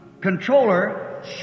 controller